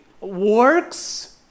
works